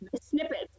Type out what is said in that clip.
snippets